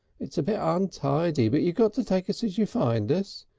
it's a bit untidy, but you got to take us as you find us.